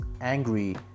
angry